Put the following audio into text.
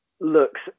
looks